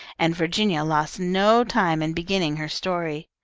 and virginia lost no time in beginning her story.